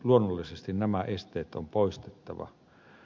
luonnollisesti nämä esteet on poistettava